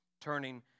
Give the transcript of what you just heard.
turning